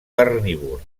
carnívor